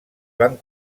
van